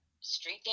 street